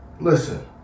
Listen